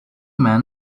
man